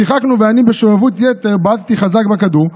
שיחקנו, ואני, בשובבות יתר, בעטתי חזק בכדור.